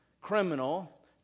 criminal